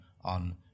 on